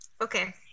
Okay